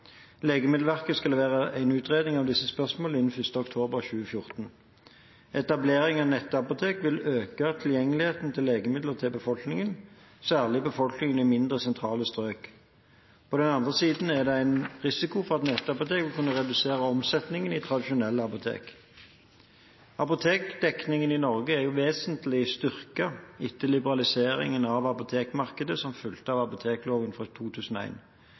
Legemiddelverket skal levere en utredning om disse spørsmålene innen 1. oktober 2014. Etablering av nettapotek vil øke tilgjengeligheten til legemidler for befolkningen, særlig for befolkningen i mindre sentrale strøk. På den andre siden er det en risiko for at nettapotek vil kunne redusere omsetningen i tradisjonelle apotek. Apotekdekningen i Norge er vesentlig styrket etter liberaliseringen av apotekmarkedet, som fulgte av apotekloven fra